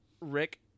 rick